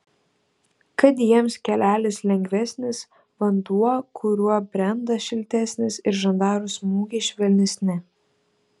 kad jiems kelelis lengvesnis vanduo kuriuo brenda šiltesnis ir žandarų smūgiai švelnesni